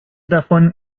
davon